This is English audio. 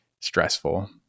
stressful